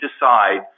decide